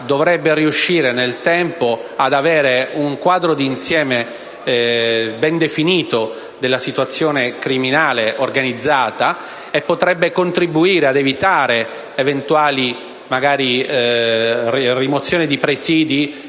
dovrebbe riuscire nel tempo ad avere un quadro d'insieme ben definito della situazione criminale organizzata e potrebbe contribuire ad evitare eventuali rimozioni di presidi